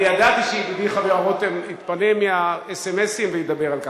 אני ידעתי שידידי רותם יתפנה מהאס.אם.אסים וידבר על כך.